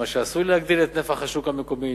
מה שעשוי להגדיל את נפח השוק המקומי,